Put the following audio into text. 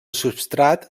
substrat